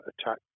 attack